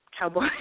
cowboy